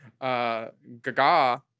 Gaga